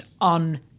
on